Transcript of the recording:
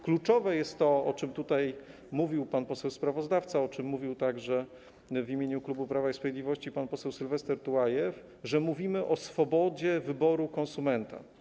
Kluczowe jest to, o czym tutaj mówił pan poseł sprawozdawca, o czym mówił także w imieniu klubu Prawa i Sprawiedliwości pan poseł Sylwester Tułajew, że mówimy o swobodzie wyboru konsumenta.